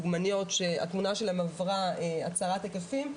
דוגמניות שהתמונה שלהם עברה הצרת היקפים,